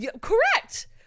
Correct